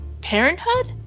parenthood